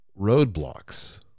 Roadblocks